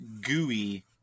gooey